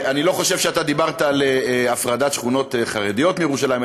אני לא חושב שאתה דיברת על הפרדת שכונות חרדיות מירושלים,